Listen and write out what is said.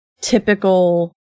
typical